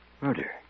murder